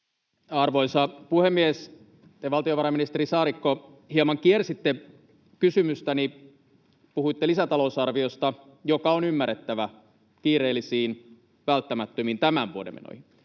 Arvoisa puhemies! Te, valtiovarainministeri Saarikko, hieman kiersitte kysymystäni. Puhuitte lisätalousarviosta, joka on ymmärrettävä kiireellisiin, välttämättömiin tämän vuoden menoihin.